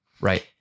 right